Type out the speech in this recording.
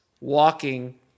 walking